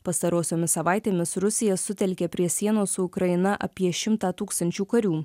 pastarosiomis savaitėmis rusija sutelkė prie sienos su ukraina apie šimtą tūkstančių karių